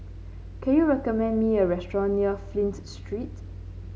can you recommend me a restaurant near Flint Street